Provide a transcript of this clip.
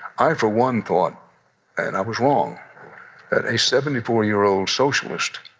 i, for one, thought and i was wrong that a seventy four year old socialist.